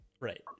right